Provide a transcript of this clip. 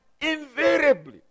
invariably